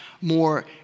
more